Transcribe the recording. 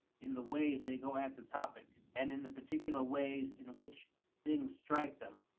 in the ways they go at the topic, and in the particular ways in which things strike them.